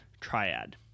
triad